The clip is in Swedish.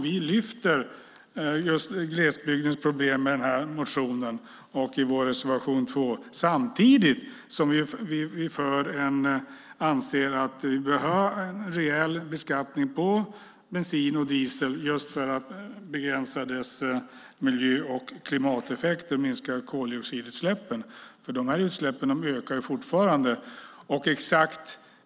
Vi lyfter fram glesbygdens problem med vår motion och vår reservation 2 samtidigt som vi anser att vi behöver en rejäl beskattning på både bensin och diesel för att begränsa dess miljö och klimateffekter och minska koldioxidutsläppen. Dessa utsläpp ökar ju fortfarande.